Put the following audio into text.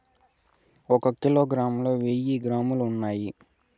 ఒక కిలోగ్రామ్ లో వెయ్యి గ్రాములు ఉన్నాయి